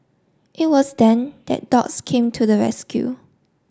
it was then that dogs came to the rescue